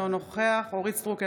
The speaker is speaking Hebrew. אינו נוכח אורית מלכה סטרוק,